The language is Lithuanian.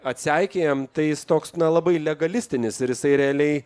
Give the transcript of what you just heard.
atseikėjam tai jis toks na labai legalistinis ir jisai realiai